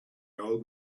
old